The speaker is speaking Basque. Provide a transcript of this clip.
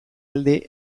alde